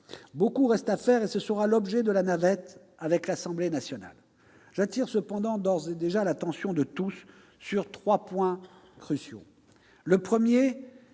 Beaucoup reste à faire, et ce sera l'objet de la navette avec l'Assemblée nationale. J'attire cependant d'ores et déjà l'attention de tous sur trois points cruciaux.